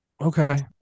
okay